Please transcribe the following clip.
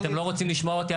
אתם לא רוצים לשמוע אותי,